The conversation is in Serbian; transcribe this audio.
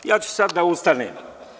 Ja ću sada da ustanem.